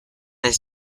his